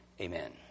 Amen